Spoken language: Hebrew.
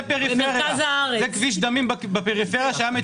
במדינת ישראל זה בזה - אני לא משתתפת בה.